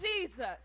Jesus